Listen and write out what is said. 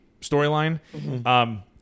storyline